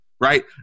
right